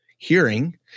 Hearing